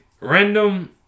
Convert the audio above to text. Random